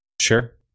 Sure